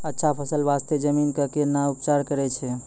अच्छा फसल बास्ते जमीन कऽ कै ना उपचार करैय छै